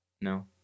No